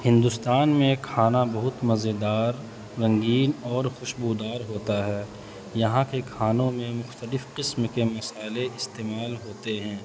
ہندوستان میں کھانا بہت مزےیدار رنگین اور خوشبودار ہوتا ہے یہاں کے کھانوں میں مختلف قسم کے مصالحے استعمال ہوتے ہیں